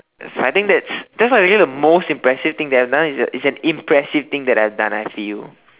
so I think that that's not really the most impressive thing that I have done it's an it's an impressive thing that I have done I feel